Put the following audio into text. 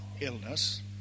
illness